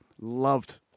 loved